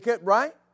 Right